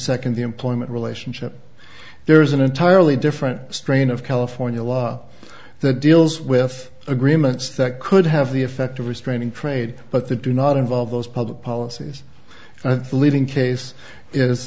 second the employment relationship there's an entirely different strain of california law that deals with agreements that could have the effect of restraining trade but they do not involve those public policies leaving case is